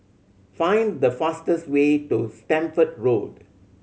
find the fastest way to Stamford Road